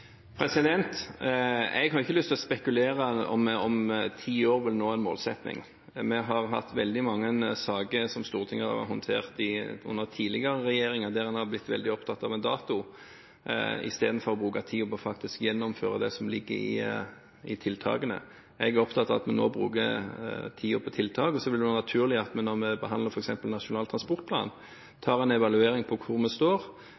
Jeg har ikke lyst til å spekulere i om vi om ti år vil nå en målsetting. Vi har i mange saker som Stortinget har håndtert under tidligere regjeringer, vært veldig opptatt av en dato i stedet for å bruke tiden på faktisk å gjennomføre tiltakene. Jeg er opptatt av at vi nå bruker tiden på tiltakene, og det vil være naturlig at vi, når vi behandler f.eks. Nasjonal transportplan, tar en evaluering av hvor vi står,